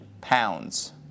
pounds